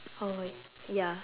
oh ya